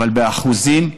באחוזים,